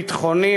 ביטחוני,